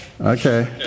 Okay